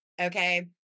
Okay